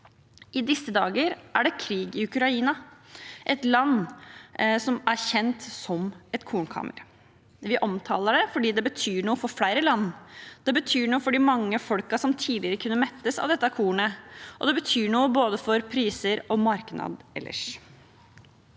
I disse dager er det krig i Ukraina, et land som er kjent som et kornkammer. Vi omtaler landet slik fordi det betyr noe for flere land. Det betyr noe for de mange folkene som tidligere kunne mettes av dette kornet, og det betyr noe for både priser og marked ellers.